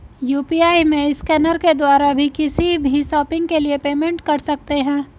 UPI में scanner के द्वारा भी किसी भी शॉपिंग के लिए पेमेंट कर सकते है